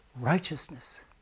righteousness